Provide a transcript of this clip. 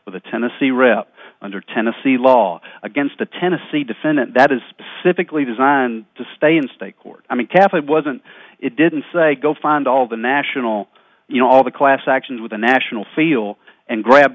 with a tennessee rip under tennessee law against a tennessee defendant that is specifically designed to stay in state court i mean kathy wasn't it didn't go find all the national you know all the class actions with a national feel and grab